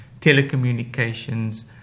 telecommunications